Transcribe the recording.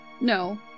No